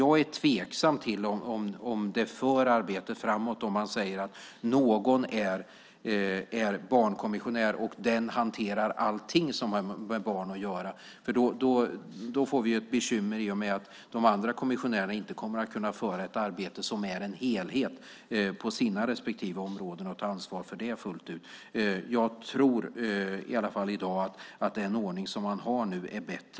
Jag är tveksam till att det skulle föra arbetet framåt om man säger att någon är barnkommissionär och att han eller hon ska hantera allting som har med barn att göra. Då får vi ett bekymmer i och med att de andra kommissionärerna inte kommer att kunna föra ett arbete som är en helhet på sina respektive områden och ta ansvar för det fullt ut. Jag tror i alla fall i dag att den ordning som man har nu är bättre.